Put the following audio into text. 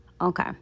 Okay